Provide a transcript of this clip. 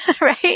right